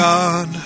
God